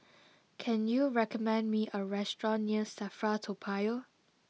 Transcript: can you recommend me a restaurant near Safra Toa Payoh